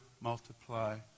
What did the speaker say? multiply